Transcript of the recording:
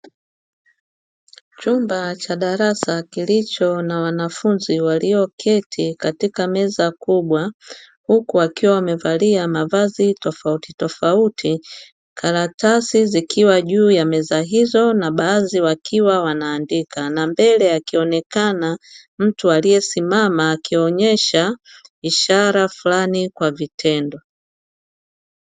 Chumba cha darasa kilicho na wanafunzi walioketi katika meza kubwa, huku wakiwa wamevalia mavazi tofauti tofauti. Karatasi zikiwa juu ya meza hizo na baadhi wakiwa wanaandika na mbele akionekana mtu aliyesimama akionyesha ishara fulani kwa vitendo.